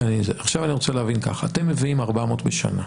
אני רוצה להבין ככה, אתם מביאים 400 בשנה,